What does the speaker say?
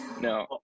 No